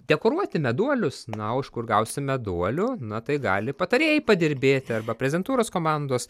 dekoruoti meduolius na o iš kur gausi meduolių na tai gali patarėjai padirbėti arba prezidentūros komandos